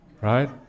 right